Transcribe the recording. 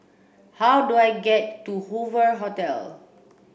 how do I get to Hoover Hotel